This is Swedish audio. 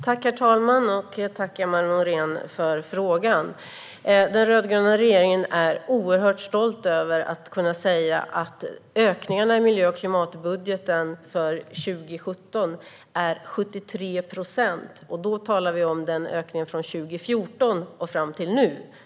Herr talman! Tack, Emma Nohrén, för frågan! Den rödgröna regeringen är oerhört stolt över att ökningarna i miljö och klimatbudgeten för 2017 är 73 procent, och då talar vi om ökningen från 2014 fram till nu.